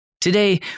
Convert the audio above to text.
Today